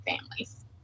families